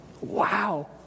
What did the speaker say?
Wow